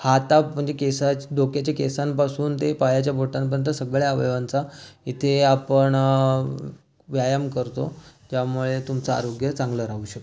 हातात म्हणजे केसाच डोक्याच्या केसांपासून ते पायाच्या बोटांपर्यंत सगळ्या अवयवांचा इथे आपण व्यायाम करतो त्यामुळे तुमचं आरोग्य चांगलं राहू शकतं